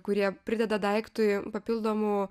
kurie prideda daiktui papildomų